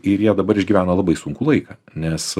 ir jie dabar išgyvena labai sunkų laiką nes